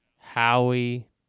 Howie